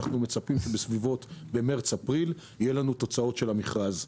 אנחנו מצפים שבמרס-אפריל יהיו לנו תוצאות של המכרז.